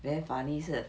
very funny 是